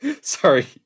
sorry